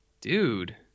dude